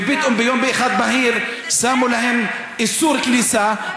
ופתאום ביום בהיר אחד שמו להם איסור כניסה,